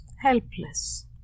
Helpless